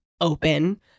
open